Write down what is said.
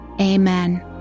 Amen